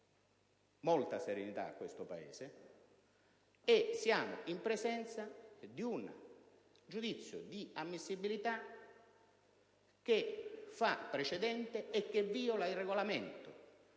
molta serenità a questo Paese. Siamo in presenza di un giudizio di ammissibilità che fa precedente e che viola il Regolamento,